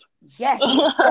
yes